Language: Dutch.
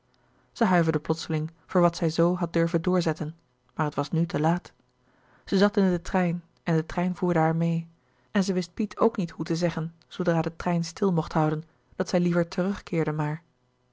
zij huiverde plotseling voor wat zij zoo had durven doorzetten maar het was nu te laat zij zat in den trein en de trein voerde haar meê en zij wist piet ook niet hoe te zeggen zoodra de trein stil mocht houden dat zij liever terug keerde maar